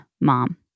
mom